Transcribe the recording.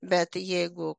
bet jeigu